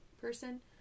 person